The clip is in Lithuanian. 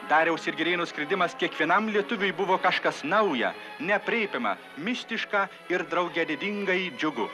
dariaus ir girėno skridimas kiekvienam lietuviui buvo kažkas nauja neaprėpiama mistiška ir drauge didingai džiugu